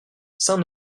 saint